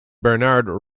bernard